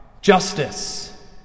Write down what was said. Justice